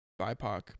BIPOC